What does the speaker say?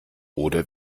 oder